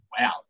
wow